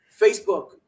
Facebook